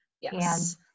Yes